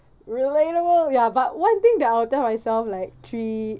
relatable ya but one thing that I'll tell myself like three